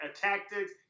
tactics